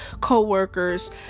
co-workers